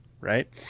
right